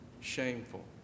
shameful